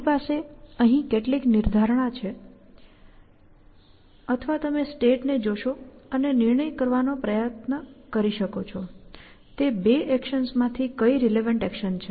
આપણી પાસે અહીં કેટલીક નિર્ધારણા છે અથવા તમે સ્ટેટને જોશો અને નિર્ણય કરવાનો પ્રયાસ કરી શકો તે બે એક્શન્સમાંથી કઈ રિલેવન્ટ એક્શન છે